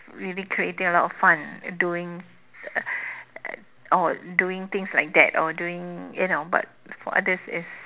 really creating a lot of fun and doing uh or doing things like that or doing you know but for others it's